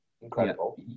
incredible